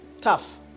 tough